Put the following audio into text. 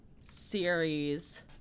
series